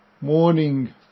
Morning